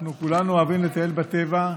אנחנו כולנו אוהבים לטייל בטבע,